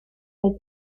nei